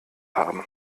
haben